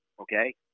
Okay